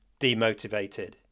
demotivated